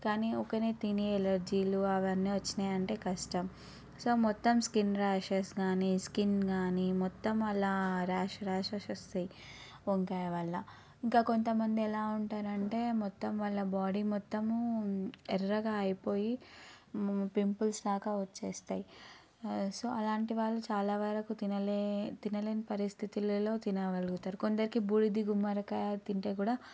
కానీ ఒకరు తినే ఎలర్జీలు అవన్నీ వచ్చాయంటే కష్టం సో మొత్తం స్కిన్ ర్యాషెస్ కానీ స్కిన్ కానీ మొత్తం అలా ర్యాష్ ర్యాషెస్ వస్తాయి వంకాయ వల్ల ఇంకా కొంత మంది ఎలా ఉంటారు అంటే మొత్తం వల్ల బాడీ మొత్తము ఎర్రగా అయిపోయి పింపుల్స్ లాగా వచ్చేస్తాయి సో అలాంటి వాళ్ళు చాలా వరకు తినలే తినలేని పరిస్థితిలో తినగలుగుతారు కొందరికి బూడిద గుమ్మడికాయ తింటే కూడా